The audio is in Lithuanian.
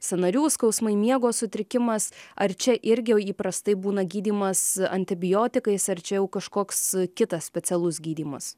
sąnarių skausmai miego sutrikimas ar čia irgi įprastai būna gydymas antibiotikais ar čia jau kažkoks kitas specialus gydymas